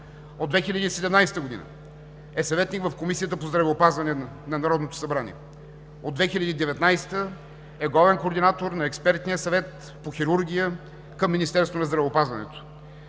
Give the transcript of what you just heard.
От 2017 г. е съветник в Комисията по здравеопазването на Народното събрание. От 2019 г. е главен координатор на Експертния съвет по хирургия към Министерството на здравеопазването.